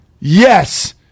Yes